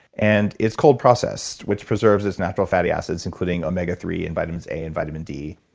and it's cold processed, which preserves its natural fatty acids including omega three and vitamins a and vitamin d.